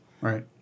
Right